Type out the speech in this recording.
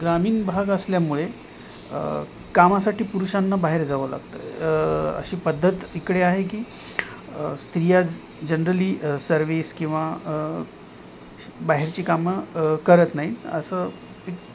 ग्रामीण भाग असल्यामुळे कामासाठी पुरुषांना बाहेर जावं लागतं अशी पद्धत इकडे आहे की स्त्रिया जनरली सर्वीस किंवा बाहेरची कामं करत नाहीत असं एक